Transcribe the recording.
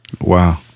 Wow